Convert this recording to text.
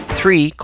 three